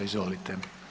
Izvolite.